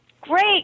Great